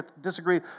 disagree